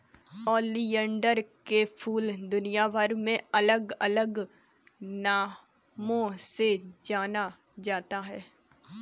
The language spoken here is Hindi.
ओलियंडर के फूल दुनियाभर में अलग अलग नामों से जाना जाता है